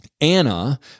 Anna